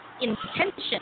intention